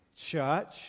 church